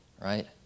right